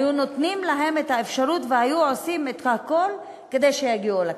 היו נותנים להם את האפשרות והיו עושים את הכול כדי שיגיעו לכנסת.